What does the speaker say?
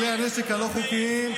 הנשק הלא-חוקי.